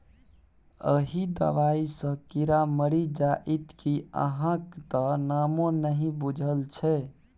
एहि दबाई सँ कीड़ा मरि जाइत कि अहाँक त नामो नहि बुझल छै